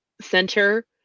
center